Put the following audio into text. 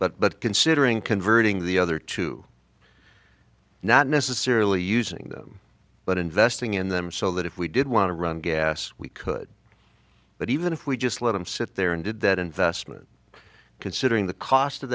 line but considering converting the other two not necessarily using them but investing in them so that if we did want to run gas we could but even if we just let them sit there and did that investment considering the cost of